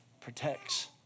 protects